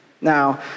Now